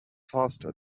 faster